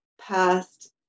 past